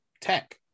tech